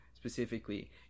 Specifically